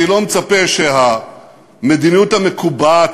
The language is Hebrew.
אני לא מצפה שהמדיניות המקובעת,